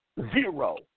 Zero